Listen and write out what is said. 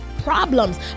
problems